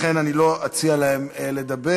לכן אני לא אציע להם לדבר.